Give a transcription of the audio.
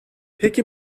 peki